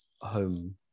home